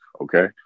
okay